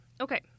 okay